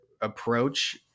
approach